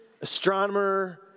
astronomer